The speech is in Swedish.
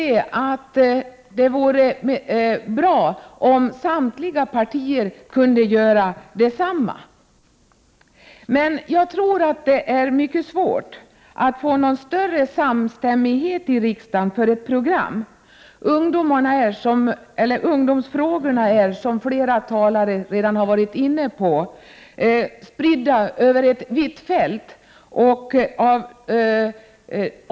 Det vore bra om samtliga partier kunde göra detsamma. Jag tror att det är mycket svårt att få någon större samstämmighet i riksdagen för ett program. Ungdomsfrågorna är, som flera talare redan har varit inne på, spridda över ett vitt fält.